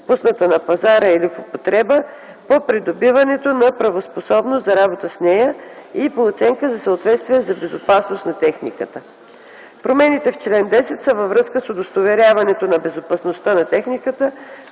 пусната на пазара и/или в употреба, по придобиването на правоспособност за работа с нея и по оценка за съответствие за безопасност на техниката. Промените в чл. 10 са във връзка с удостоверяването на безопасността на техниката,